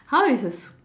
how is a s~